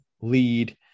lead